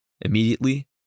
Immediately